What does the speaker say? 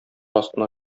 астына